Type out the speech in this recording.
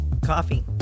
Coffee